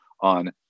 on